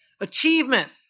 achievement